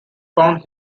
found